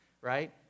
right